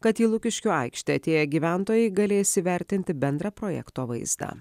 kad į lukiškių aikštę atėję gyventojai galės įvertinti bendrą projekto vaizdą